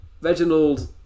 Reginald